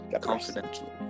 Confidential